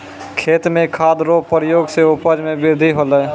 खेत मे खाद रो प्रयोग से उपज मे बृद्धि होलै